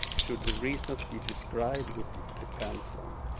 should the reasons be described what depends on.